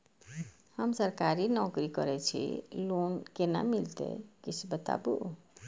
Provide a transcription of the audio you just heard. हम सरकारी नौकरी करै छी लोन केना मिलते कीछ बताबु?